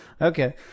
Okay